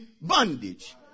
bondage